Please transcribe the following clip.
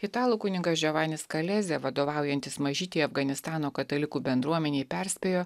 italų kunigas džovanis kalezė vadovaujantis mažytei afganistano katalikų bendruomenei perspėjo